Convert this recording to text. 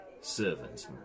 servants